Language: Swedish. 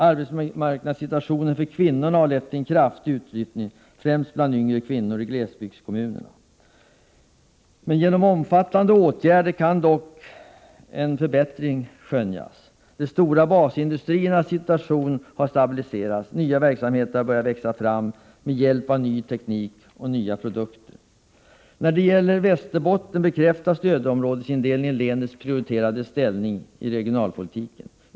Arbetsmarknadssituationen för kvinnorna har lett till en kraftig utflyttning, främst bland yngre kvinnor i glesbygdskommunerna. Tack vare omfattande åtgärder kan dock en förbättring skönjas. De stora basindustriernas situation har stabiliserats. Nya verksamheter har börjat växa fram med hjälp av ny teknik När det gäller Västerbotten bekräftar stödområdesindelningen länets prioriterade ställning i regionalpolitiken.